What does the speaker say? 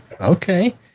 okay